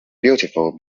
beautiful